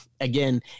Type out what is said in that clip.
again